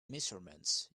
measurements